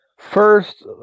First